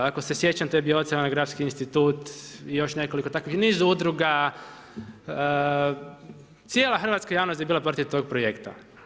Ako se sjećam, to je bio Oceanografski institut i još nekoliko takvih niz udruga, cijela hrvatska javnost je bila protiv tog projekta.